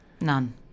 None